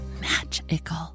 magical